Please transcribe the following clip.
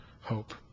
hope